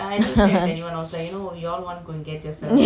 that's why go buy yourself lah that's why